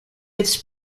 its